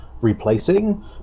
replacing